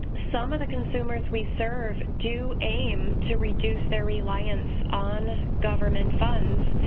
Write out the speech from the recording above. some of the consumers we serve do aim to reduce their reliance on government funds.